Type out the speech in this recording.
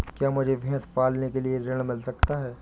क्या मुझे भैंस पालने के लिए ऋण मिल सकता है?